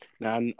Now